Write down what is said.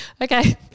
Okay